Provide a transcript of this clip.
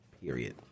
Period